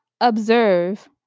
observe